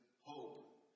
hope